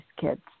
kids